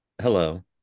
Hello